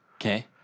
Okay